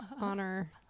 honor